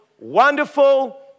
Wonderful